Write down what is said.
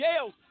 jails